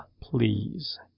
please